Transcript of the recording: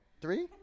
Three